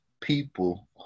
people